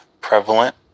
prevalent